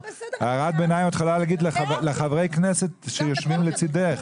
הערת ביניים את יכולה להגיד לחברי כנסת שיושבים לצדך.